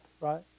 right